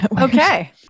Okay